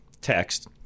text